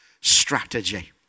strategy